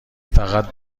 فقط